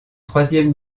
troisième